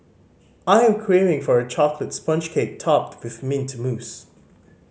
I am craving for a chocolate sponge cake topped with mint mousse